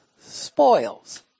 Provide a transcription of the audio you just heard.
spoils